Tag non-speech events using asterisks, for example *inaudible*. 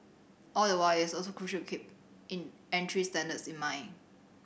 all the while it is also crucial keep *unintelligible* entry standards in mind